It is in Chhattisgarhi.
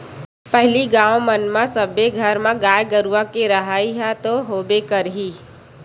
पहिली गाँव मन म सब्बे घर म गाय गरुवा के रहइ ह तो होबे करही